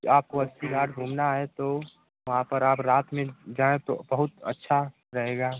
आपको अस्सी घाट घूमना है तो वहाँ पर आप रात में जाएँ तो बहुत अच्छा रहेगा